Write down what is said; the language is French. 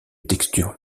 texture